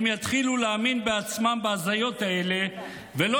הם יתחילו להאמין בעצמם בהזיות האלה ולא